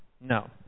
No